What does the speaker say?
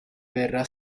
verrà